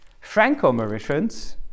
Franco-Mauritians